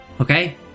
Okay